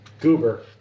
Goober